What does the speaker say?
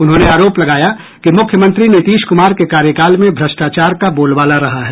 उन्होंने आरोप लगाया कि मुख्यमंत्री नीतीश कुमार के कार्यकाल में भ्रष्टाचार का बोलबाला रहा है